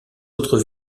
autres